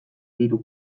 diru